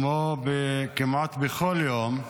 כמו כמעט בכל יום,